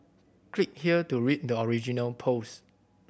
click here to read the original post